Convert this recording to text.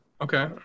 okay